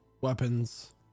weapons